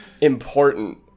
important